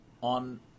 on